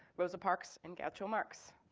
rosa parks, and groucho marx.